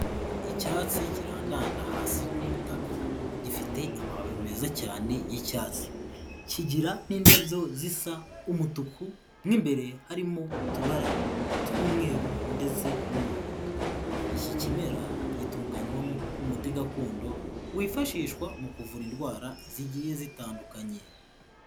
Icyatsi kirandanda hasi ku butaka, gifite amababi meza cyane y'icyatsi, kigira n'indabyo zisa umutuku mo imbere harimo utubara tw'umweru ndetse n'umuhondo, iki kimera gitunganywamo umuti gakondo wifashishwa mu kuvura indwara zigiye zitandukanye.